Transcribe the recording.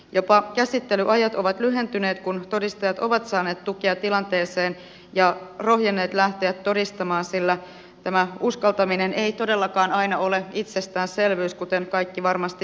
jopa käsittelyajat ovat lyhentyneet kun todistajat ovat saaneet tukea tilanteeseen ja rohjenneet lähteä todistamaan sillä tämä uskaltaminen ei todellakaan aina ole itsestäänselvyys kuten kaikki varmasti tiedämme